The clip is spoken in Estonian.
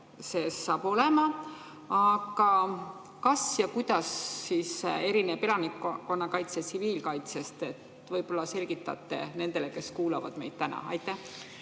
saab olema. Kas ja kuidas erineb elanikkonnakaitse tsiviilkaitsest? Võib-olla selgitate nendele, kes kuulavad meid täna. Aitäh